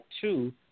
two